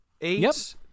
Eight